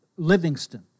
Livingston